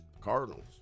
Cardinals